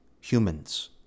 humans